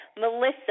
Melissa